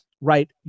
Right